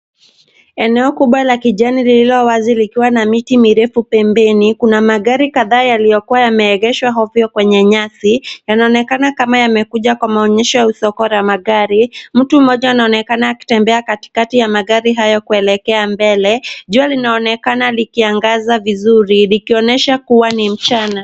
Eneo kubwa la kijani likiwa na miti mirefu pembeni. Kuna magari kadhaa yaliyokuwa yameegeshwa ovyo kwenye nyasi yanaonekana kuwa yamekuja kwa maonyesho au soko la magari. Mtu mmoja anaonekana akitembea katikati ya magari hayo kuelekea mbele. Jua linaonekana likiangaz avizuri likionyesha kuwa ni mchana.